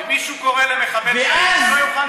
אם מישהו קורא למחבל, הוא לא יוכל,